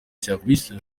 serivisi